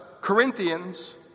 Corinthians